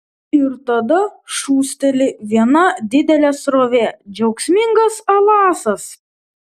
ir tada šūsteli viena didelė srovė džiaugsmingas alasas